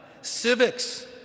civics